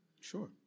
Sure